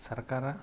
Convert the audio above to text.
ಸರ್ಕಾರ